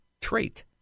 trait